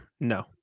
No